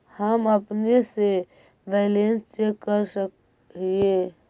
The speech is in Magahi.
हम अपने से बैलेंस चेक कर सक हिए?